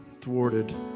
thwarted